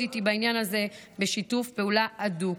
איתי בעניין הזה בשיתוף פעולה הדוק.